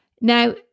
Now